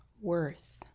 worth